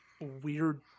weird